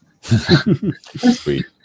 Sweet